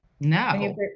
No